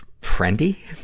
friendly